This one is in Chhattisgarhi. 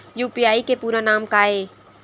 यू.पी.आई के पूरा नाम का ये?